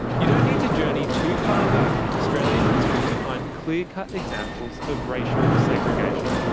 you don't need to journey too far back in australian history to find clear cut examples of racial segregation.